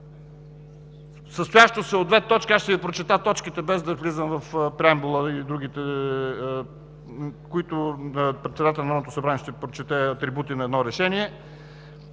състоящо се от две точки. Аз ще Ви прочета точките, без да влизам в преамбюл и другите, които председателят на Народното събрание ще прочете, атрибути на едно решение.